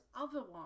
otherwise